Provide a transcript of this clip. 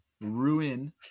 ruin